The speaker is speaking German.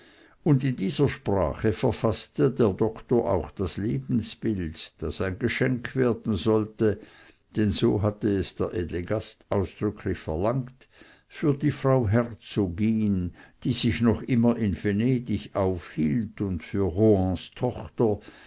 und in dieser sprache verfaßte der doktor auch das lebensbild das ein geschenk werden sollte denn so hatte es der edle gast ausdrücklich verlangt für die frau herzogin die sich noch immer in venedig aufhielt und für rohans tochter